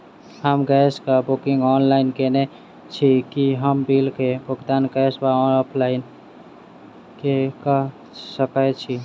हम गैस कऽ booking online केने छी, की हम बिल कऽ भुगतान कैश वा ऑफलाइन मे कऽ सकय छी?